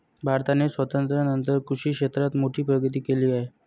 भारताने स्वातंत्र्यानंतर कृषी क्षेत्रात मोठी प्रगती केली आहे